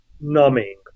numbing